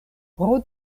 pro